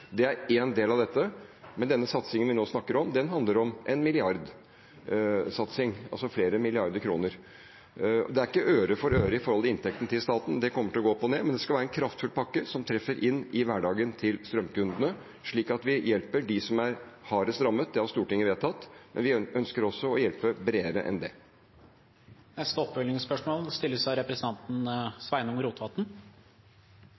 er én del av dette, men den satsingen vi nå snakker om, er en milliardsatsing, altså flere milliarder kroner. Det er ikke øre for øre i forhold til inntektene til staten, de kommer til å gå opp og ned, men det skal være en kraftfull pakke som treffer inn i hverdagen til strømkundene, slik at vi hjelper dem som er hardest rammet – det har Stortinget vedtatt – men vi ønsker også å hjelpe bredere enn det. Sveinung Rotevatn – til oppfølgingsspørsmål.